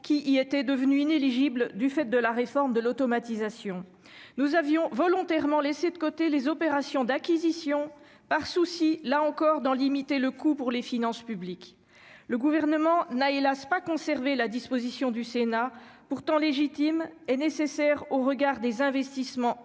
qui y étaient devenues inéligibles du fait de la réforme de l'automatisation. Nous avions volontairement laissé de côté les opérations d'acquisition, par souci, là encore, d'en limiter le coût pour les finances publiques. Le Gouvernement n'a, hélas ! pas conservé la disposition du Sénat, pourtant légitime et nécessaire au regard des investissements